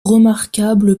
remarquables